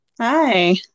Hi